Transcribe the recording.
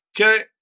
okay